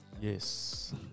Yes